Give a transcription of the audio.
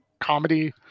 comedy